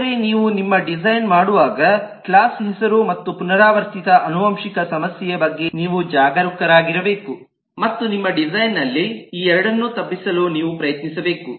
ಆದರೆ ನೀವು ನಿಮ್ಮ ಡಿಸೈನ್ ಮಾಡುವಾಗ ಕ್ಲಾಸ್ ಹೆಸರು ಮತ್ತು ಪುನರಾವರ್ತಿತ ಆನುವಂಶಿಕ ಸಮಸ್ಯೆಯ ಬಗ್ಗೆ ನೀವು ಜಾಗರೂಕರಾಗಿರಬೇಕು ಮತ್ತು ನಿಮ್ಮ ಡಿಸೈನ್ ನಲ್ಲಿ ಈ ಎರಡನ್ನೂ ತಪ್ಪಿಸಲು ನೀವು ಪ್ರಯತ್ನಿಸಬೇಕು